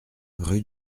rue